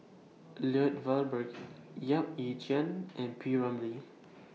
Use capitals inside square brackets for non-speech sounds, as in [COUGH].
Lloyd Valberg [NOISE] Yap Ee Chian and P Ramlee